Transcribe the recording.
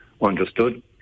understood